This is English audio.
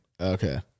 Okay